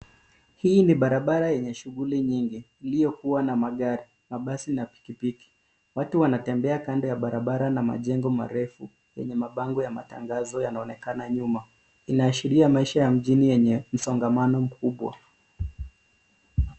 Hii ni barabara yenye shughuli nyingi iliyokua na magari, mabasi na pikipiki. Watu wanatembea kando ya barabara na majengo marefu yenye mabango ya matangazo yanaonekana nyuma. Inaashiria maisha ya mjini yenye msongamano mkubwa.